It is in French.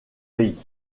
pays